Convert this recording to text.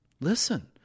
listen